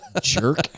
Jerk